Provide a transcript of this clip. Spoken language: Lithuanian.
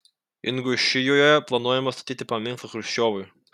ingušijoje planuojama statyti paminklą chruščiovui